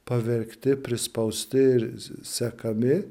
pavergti prispausti ir sekami